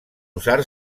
usar